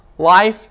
Life